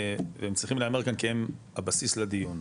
והם צריכים להיאמר כאן כי הם הבסיס לדיון.